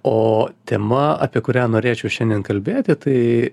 o tema apie kurią norėčiau šiandien kalbėti tai